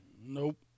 Nope